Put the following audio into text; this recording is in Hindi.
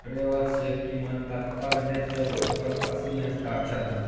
ट्रैवलर्स चेक की मान्यता तब है जब उस पर असली हस्ताक्षर हो